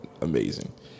Amazing